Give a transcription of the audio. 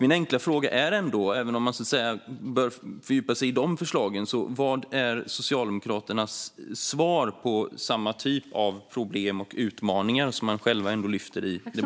Min enkla fråga är ändå, även om man behöver fördjupa sig i de förslagen, vad som är Socialdemokraternas svar på samma typ av problem och utmaningar som man själv lyfter fram i debatten.